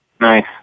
Nice